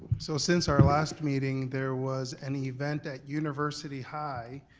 so since our last meeting, there was an event at university high,